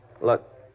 Look